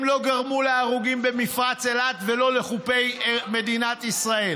הם לא גרמו להרוגים במפרץ אילת ולא בחופי מדינת ישראל.